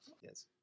Yes